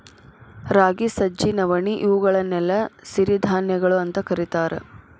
ರಾಗಿ, ಸಜ್ಜಿ, ನವಣಿ, ಇವುಗಳನ್ನೆಲ್ಲ ಸಿರಿಧಾನ್ಯಗಳು ಅಂತ ಕರೇತಾರ